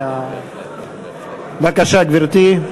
בבקשה, גברתי.